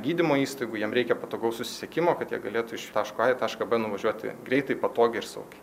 gydymo įstaigų jiem reikia patogaus susisiekimo kad jie galėtų iš taško a į tašką nuvažiuoti greitai patogiai ir saugiai